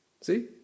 See